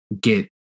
get